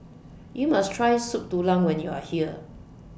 YOU must Try Soup Tulang when YOU Are here